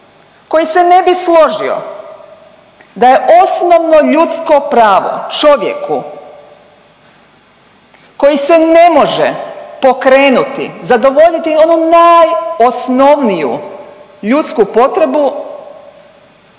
koji se ne bi složio da je osnovno ljudsko pravo čovjeku koji se ne može pokrenuti, zadovoljiti onu najosnovniju ljudsku potrebu,